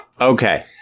Okay